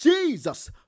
Jesus